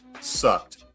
sucked